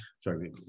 sorry